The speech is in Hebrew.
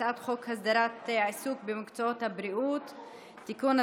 הצעת חוק הסדרת העיסוק במקצועות הבריאות (תיקון,